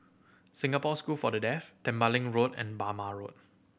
Singapore School for The Deaf Tembeling Road and Bhamo Road